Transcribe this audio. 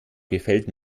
gefällt